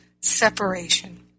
separation